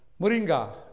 Moringa